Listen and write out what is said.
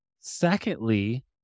Secondly